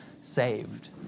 Saved